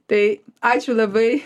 tai ačiū labai